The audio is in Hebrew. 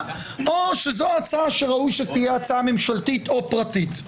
או שזו הצעה שראוי שתהיה ממשלתית או פרטית.